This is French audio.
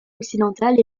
occidentales